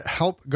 help